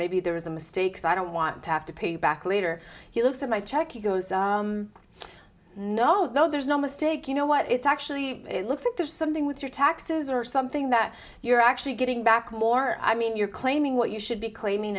maybe there is a mistake so i don't want to have to pay you back later he looked at my check you go no there's no mistake you know what it's actually looks like there's something with your taxes or something that you're actually getting back more i mean you're claiming what you should be claiming